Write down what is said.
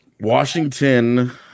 Washington